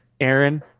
Aaron